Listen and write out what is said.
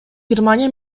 германия